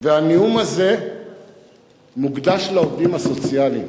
והנאום הזה מוקדש לעובדים הסוציאליים.